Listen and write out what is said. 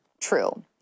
true